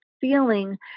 feeling